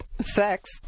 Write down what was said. sex